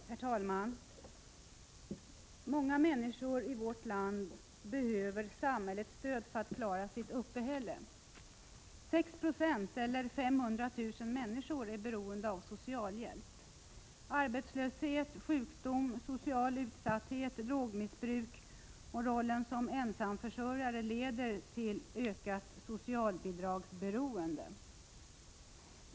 Herr talman! Många människor i vårt land behöver samhällets stöd för att klara sitt uppehälle. 6 20, eller 500 000 människor, är beroende av socialhjälp. Arbetslöshet, sjukdom, social utsatthet, drogmissbruk och rollen som ensamförsörjare leder till ökat socialbidragsberoende.